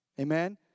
Amen